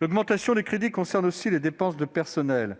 L'augmentation des crédits concerne aussi les dépenses de personnel.